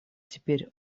теперь